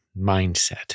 mindset